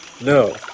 No